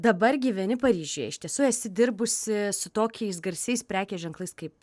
dabar gyveni paryžiuje iš tiesų esi dirbusi su tokiais garsiais prekės ženklais kaip